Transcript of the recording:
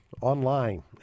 Online